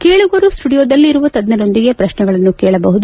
ಕೇಳುಗರು ಸ್ಪುಡಿಯೋದಲ್ಲಿರುವ ತಜ್ಞರೊಂದಿಗೆ ಪ್ರಶ್ನೆಗಳನ್ನು ಕೇಳಬಹುದು